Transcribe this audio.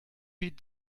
feed